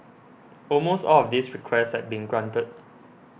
almost all of these requests had been granted